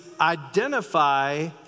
Identify